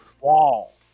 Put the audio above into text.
wall